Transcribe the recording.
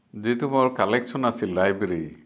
যিটো মোৰ কালেক্টশ্যন আছিল লাইব্ৰেৰী